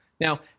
Now